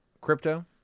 crypto